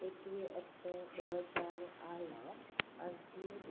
एकवीह अठ ॿ हज़ार आहे अर्जी